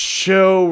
show